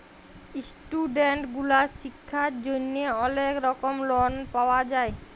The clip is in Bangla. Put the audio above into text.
ইস্টুডেন্ট গুলার শিক্ষার জন্হে অলেক রকম লন পাওয়া যায়